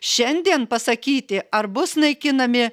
šiandien pasakyti ar bus naikinami